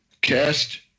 cast